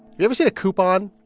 you ever seen a coupon?